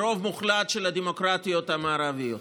ברוב מוחלט של הדמוקרטיות המערביות,